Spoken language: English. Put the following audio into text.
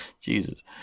Jesus